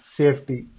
safety